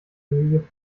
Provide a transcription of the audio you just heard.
familie